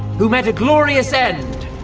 who met a glorious end,